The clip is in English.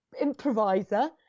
improviser